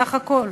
סך הכול,